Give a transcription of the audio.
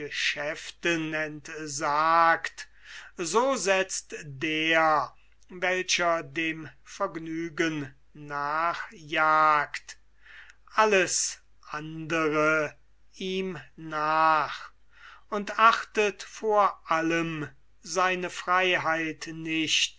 geschäften entsagt so setzt der welcher dem vergnügen nach jagt alles nach und achtet vor allem seine freiheit nicht